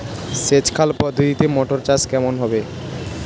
সেচ খাল পদ্ধতিতে মটর চাষ কেমন হবে?